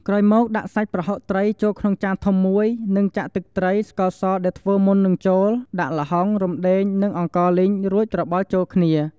ក្រោយមកដាក់សាច់ប្រហុកត្រីចូលក្នុងចានធំមួយ នឹងចាក់ទឹកត្រី ស្ករសដែលធ្វើមុននឹងចូល ដាក់ល្ហុង រំដេង និងអង្ករលីងរួចច្របល់ចូលគ្នា។